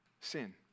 sin